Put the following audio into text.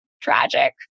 tragic